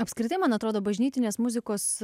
apskritai man atrodo bažnytinės muzikos